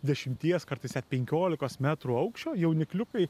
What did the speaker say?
dešimties kartais net penkiolikos metrų aukščio jaunikliukai